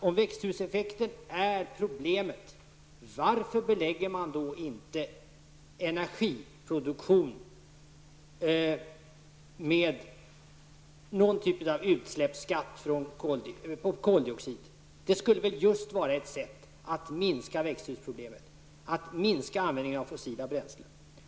Om växthuseffekten är problemet, Hadar Cars, varför belägger man inte energiproduktionen med någon typ av utsläppsskatt på koldioxid? Det skulle väl vara ett sätt att minska växthusproblemet om man minskade användningen av fossila bränslen.